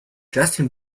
justin